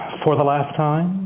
for the last time,